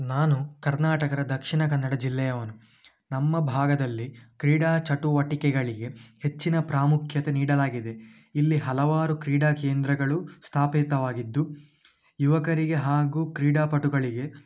ನಾನು ಕರ್ನಾಟಕದ ದಕ್ಷಿಣ ಕನ್ನಡ ಜಿಲ್ಲೆಯವನು ನಮ್ಮ ಭಾಗದಲ್ಲಿ ಕ್ರೀಡಾ ಚಟುವಟಿಕೆಗಳಿಗೆ ಹೆಚ್ಚಿನ ಪ್ರಾಮುಖ್ಯತೆ ನೀಡಲಾಗಿದೆ ಇಲ್ಲಿ ಹಲವಾರು ಕ್ರೀಡಾ ಕೇಂದ್ರಗಳು ಸ್ಥಾಪಿತವಾಗಿದ್ದು ಯುವಕರಿಗೆ ಹಾಗೂ ಕ್ರೀಡಾಪಟುಗಳಿಗೆ